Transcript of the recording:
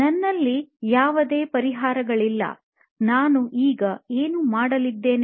ನನ್ನಲ್ಲಿ ಯಾವುದೇ ಪರಿಹಾರಗಳಿಲ್ಲ ನಾನು ಈಗ ಏನು ಮಾಡಲಿದ್ದೇನೆ